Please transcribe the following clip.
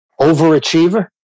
overachiever